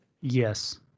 yes